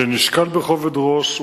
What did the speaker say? זה נשקל בכובד ראש.